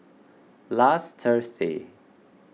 last Thursday